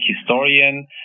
historian